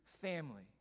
family